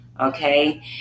Okay